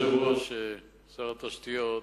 אדוני היושב-ראש, שר התשתיות,